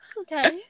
Okay